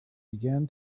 began